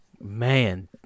Man